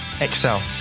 excel